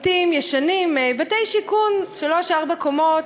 בתים ישנים, בתי שיכון, שלוש-ארבע קומות,